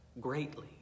greatly